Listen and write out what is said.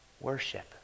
worship